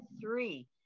three